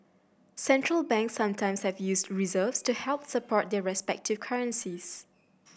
Central Banks sometimes have used reserves to help support their respective currencies